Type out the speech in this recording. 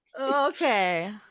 Okay